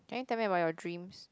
can you tell me about your dreams